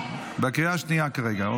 הצבעה.